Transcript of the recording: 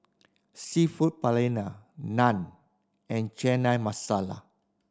Seafood Paella Naan and Chana Masala